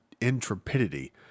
intrepidity